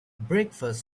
breakfast